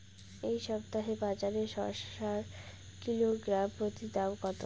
এই সপ্তাহে বাজারে শসার কিলোগ্রাম প্রতি দাম কত?